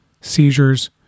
seizures